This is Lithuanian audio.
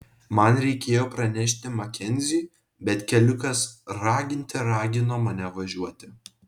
man reikėjo pranešti makenziui bet keliukas raginte ragino mane važiuoti